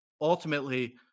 ultimately